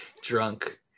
drunk